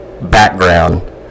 background